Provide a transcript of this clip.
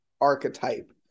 archetype